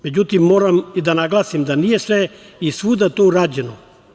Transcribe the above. Međutim, moram da naglasim da nije svuda to urađeno.